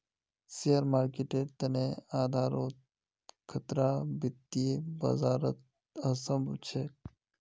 share मार्केटेर तने आधारोत खतरा वित्तीय बाजारत असम्भव छेक